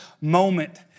moment